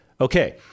okay